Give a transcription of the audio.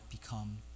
become